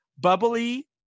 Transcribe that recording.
bubbly